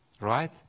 right